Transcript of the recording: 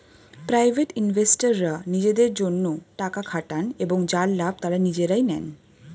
private ইনভেস্টররা নিজেদের জন্যে টাকা খাটান এবং যার লাভ তারা নিজেরাই নেন